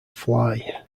fly